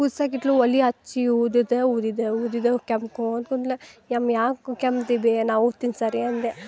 ಕುದ್ಸಾಕಿಟ್ಲು ಒಲೆ ಹಚ್ಚಿ ಊದಿದ್ದೇ ಊದಿದ್ದೆ ಊದಿದ್ದೆ ಕೆಮ್ಕೊಂತ ಕುಂತ್ಲು ಯಮ್ ಯಾಕೆ ಕೆಮ್ತಿದ್ದೆ ನಾವೂದ್ತೀನಿ ಸರಿ ಅಂದೆ